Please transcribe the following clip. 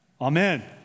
Amen